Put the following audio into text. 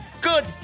Good